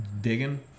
Digging